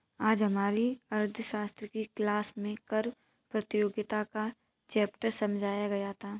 आज हमारी अर्थशास्त्र की क्लास में कर प्रतियोगिता का चैप्टर समझाया गया था